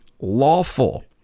lawful